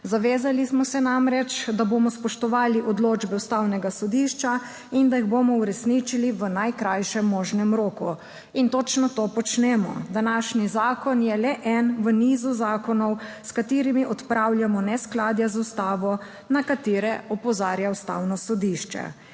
Zavezali smo se namreč, da bomo spoštovali odločbe Ustavnega sodišča in da jih bomo uresničili v najkrajšem možnem roku. In točno to počnemo. Današnji zakon je le eden v nizu zakonov, s katerimi odpravljamo neskladja z ustavo, na katera opozarja Ustavno sodišče,